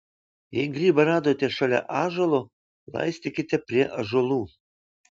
jei grybą radote šalia ąžuolo laistykite prie ąžuolų